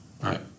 Right